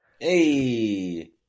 Hey